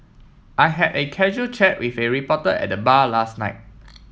I had a casual chat with a reporter at bar last night